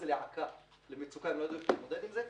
למצוקה שהם לא ידוע להתמודד עם זה.